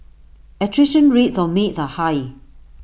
attrition rates of maids are high